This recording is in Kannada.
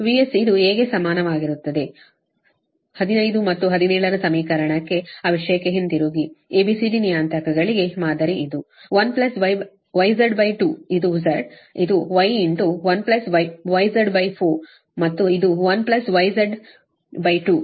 VS ಇದು A ಗೆ ಸಮನಾಗಿರುತ್ತದೆ 15 ಮತ್ತು 17 ರ ಸಮೀಕರಣಕ್ಕೆequation 15 17 ಆ ವಿಷಯಕ್ಕೆ ಹಿಂತಿರುಗಿ A B C D ನಿಯತಾಂಕಗಳಿಗೆ ಮಾದರಿ ಇದು 1YZ2 ಇದು Z ಇದು Y 1YZ4 ಮತ್ತು ಇದು 1YZ2 A D ತಿಳಿದಿದೆ